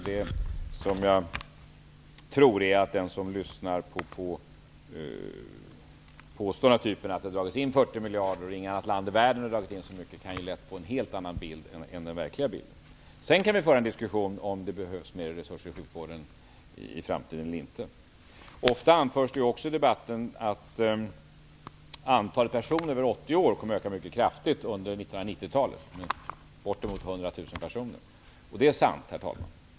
Den som lyssnar på påståenden av typen att det har dragits in 40 miljarder och att inget annat land i världen har dragit in så mycket kan ju lätt få en helt annan bild än den verkliga. Sedan kan vi föra en diskussion om huruvida det behövs mera resurser till sjukvården i framtiden eller inte. Ofta anförs också i debatten att antalet personer över 80 år kommer att öka mycket kraftigt under 90-talet, med bortemot 100 000 personer.